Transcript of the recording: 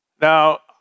Now